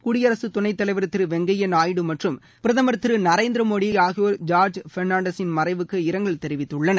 குடியரசுத் துணைத் தலைவா் திரு வெங்கையா நாயுடு மற்றும் பிரதமர் திரு நரேந்திர மோடி ஆகியோர் ஜார்ஜ் பெர்ணான்டசின் மறைவுக்கு இரங்கல் தெரிவித்துள்ளனர்